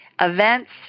Events